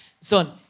Son